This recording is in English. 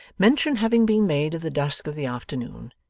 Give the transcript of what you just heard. mention having been made of the dusk of the afternoon,